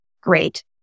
Great